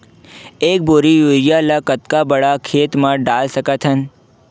एक बोरी यूरिया ल कतका बड़ा खेत म डाल सकत हन?